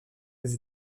des